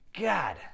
God